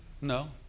no